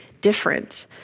different